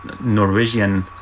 norwegian